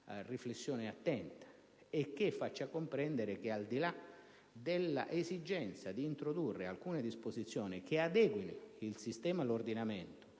riflettere attentamente per comprendere che, al di là dell'esigenza di introdurre alcune disposizioni che adeguino il sistema e l'ordinamento